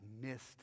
missed